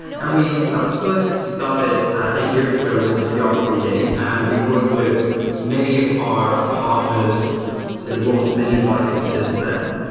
and we have first started eight years ago with the cr ah forty eight and we've worked with many of our partners to launch many devices since then.